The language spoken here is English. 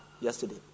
yesterday